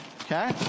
Okay